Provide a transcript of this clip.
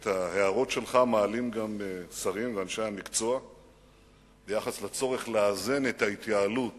את ההערות שלך מעלים גם שרים ואנשי המקצוע ביחס לצורך לאזן את ההתייעלות